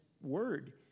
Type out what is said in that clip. word